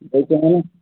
بیٚیہِ کیٚنٛہہ